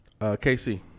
KC